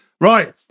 right